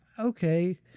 okay